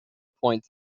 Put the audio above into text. point